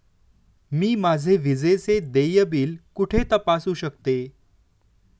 मी माझे विजेचे देय बिल कुठे तपासू शकते?